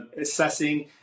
assessing